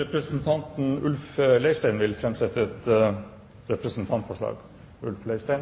Representanten Ulf Leirstein vil framsette et representantforslag.